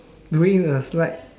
doing a slide